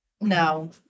No